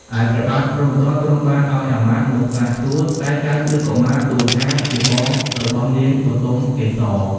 ឯព្រះបាទព្រហ្មទត្តទ្រង់បានឱ្យអាមាត្យមកសាកសួរ តែចៅក្រឹស្នកុមារទូលថាជាបងរបស់នាងបុទមកេសរ។